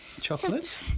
Chocolate